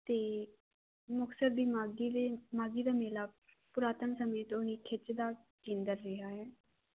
ਤੇ ਮੁਕਤਸਰ ਦੀ ਮਾਘੀ ਦਾ ਮੇਲਾ ਪੁਰਾਤਨ ਸਮੇਂ ਤੋਂ ਹੀ ਖਿੱਚਦਾ ਕੇਂਦਰ ਰਿਹਾ